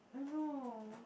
I don't know